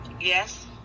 yes